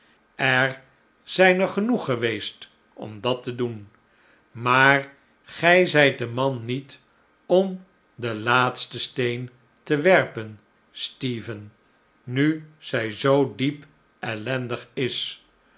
er zyn er genoeg geweest om dat te doen maar gij zijt de man niet om den laatsten steen te werpen stephen nu zij zoo diep ellendig is